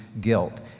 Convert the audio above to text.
guilt